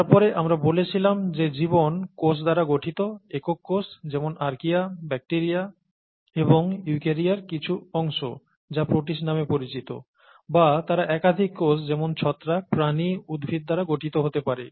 তারপরে আমরা বলেছিলাম যে জীবন কোষ দ্বারা গঠিত একক কোষ যেমন আর্চিয়া ব্যাকটিরিয়া এবং ইউক্যারিয়ার কিছু অংশ যা প্রোটিস্ট নামে পরিচিত বা তারা একাধিক কোষ যেমন ছত্রাক প্রাণী উদ্ভিদ দ্বারা গঠিত হতে পারে